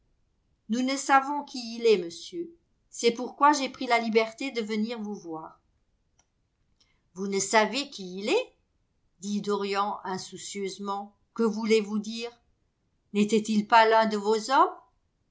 nous ne savons qui il est monsieur g'est pourquoi j'ai pris la liberté de venir vous voir vous ne savez qui il est dit dorian insoucieusement que voulez-vous dire n'était-il pas l'un de vos hommes